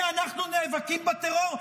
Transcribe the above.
הינה אנחנו נאבקים בטרור,